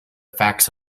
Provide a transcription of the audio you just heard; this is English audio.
facts